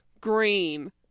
green